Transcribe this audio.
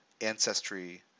ancestry